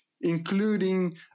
including